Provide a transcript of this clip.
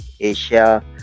Asia